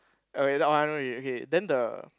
okay that one wait wait okay then the